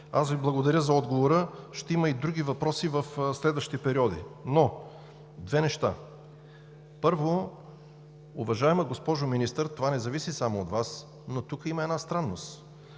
Аз Ви благодаря за отговора. Ще има и други въпроси в следващи периоди, но две неща: Първо, уважаема госпожо Министър, това не зависи само от Вас, но тук има една странност.